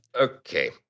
Okay